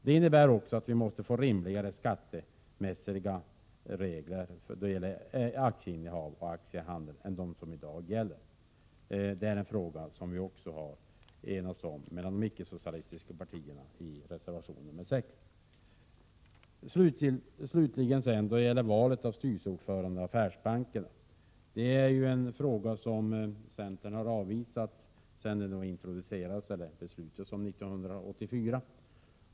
Det innebär också att vi måste få rimligare skatteregler för aktieinnehav och aktiehandel än de som i dag gäller. Det är en fråga där de ickesocialistiska partierna har enats i reservation nr 6. Slutligen vill jag mycket kort beröra frågan om val av styrelseordförande i affärsbankerna. Att de skulle utses av regeringen är en tanke som centern har avvisat alltsedan den ordningen introducerades i slutet av 1984.